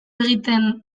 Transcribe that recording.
egiten